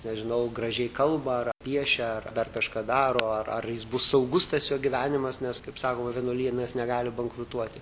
nežinau gražiai kalba ar piešia ar dar kažką daro ar ar jis bus saugus tas jo gyvenimas nes kaip sakoma vienuolynas negali bankrutuoti